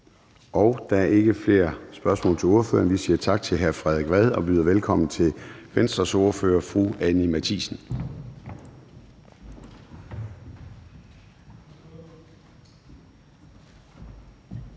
Der er ikke flere spørgsmål til ordføreren. Vi siger tak til hr. Frederik Vad og byder velkommen til Venstres ordfører, fru Anni Matthiesen. Kl.